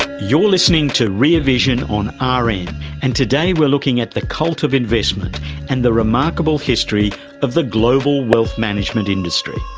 you're listening to rear vision on rn and and today we're looking at the cult of investment and the remarkable history of the global wealth management industry.